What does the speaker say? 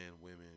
women